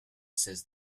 says